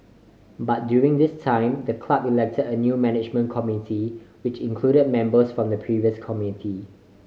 but during this time the club elected a new management committee which included members from the previous committee